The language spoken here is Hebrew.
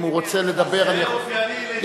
אם הוא רוצה לדבר אני יכול,